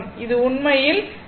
அது உண்மையில் Im√2